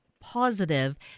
positive